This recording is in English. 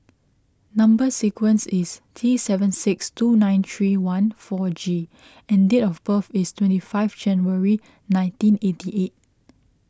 Number Sequence is T seven six two nine three one four G and date of birth is twenty five January nineteen eighty eight